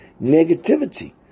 negativity